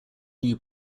new